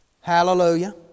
Hallelujah